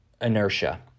inertia